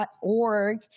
org